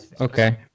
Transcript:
Okay